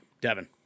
Devin